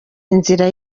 inzira